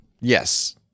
Yes